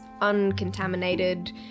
uncontaminated